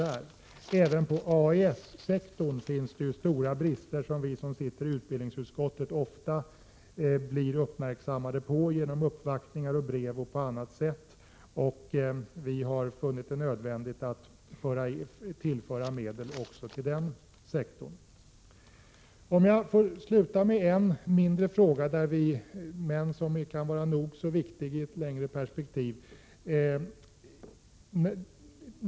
Även inom AES-sektorn finns det ju stora brister, något som vi som ingår i utbildningsutskottet genom uppvaktningar, brev och på annat sätt ofta blir uppmärksammade på. Vi har funnit det nödvändigt att tillföra medel också till denna sektor. Jag vill avsluta med en mindre fråga, som dock i ett längre perspektiv kan vara nog så viktig.